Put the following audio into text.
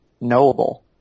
knowable